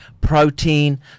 protein